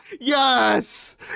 yes